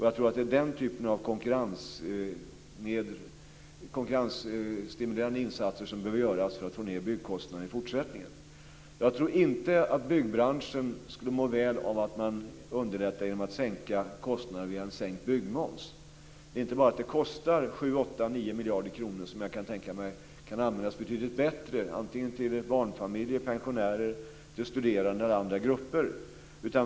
Jag tror att det är den typen av konkurrensstimulerande insatser som behöver göras för att få ned byggkostnaderna i fortsättningen. Jag tror inte att byggbranschen skulle må väl av att man underlättade genom att sänka kostnaderna via en sänkt byggmoms. Det är inte bara att det kostar 7, 8, 9 miljoner kronor som kan användas betydligt bättre - antingen till barnfamiljer, pensionärer, studerande och andra grupper.